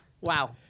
Wow